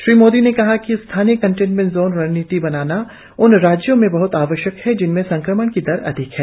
श्री मोदी ने कहा कि स्थानीय कंटेनमेंट जोन रणनीति बनाना उन राज्यों में बह्त आवश्यक है जिनमें संक्रमण की दर अधिक है